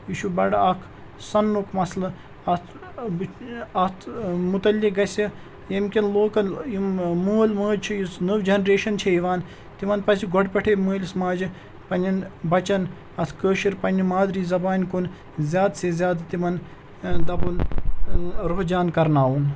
یہِ چھُ بَڑٕ اَکھ سَنٛنُک مَسلہٕ اَتھ اَتھ مُتعلق گَژھِ ییٚمہِ کِن لوکَل یِم مٲلۍ مٲج چھِ یُس نٔو جَنریشَن چھِ یِوان تِمَن پَزِ گۄڈٕ پٮ۪ٹھَے مٲلِس ماجہِ پنٛنٮ۪ن بَچَن اَتھ کٲشِر پنٛنہِ مادری زَبانہِ کُن زیادٕ سے زیادٕ تِمَن دَپُن رُحجان کَرناوُن